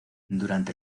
durante